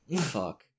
Fuck